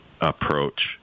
approach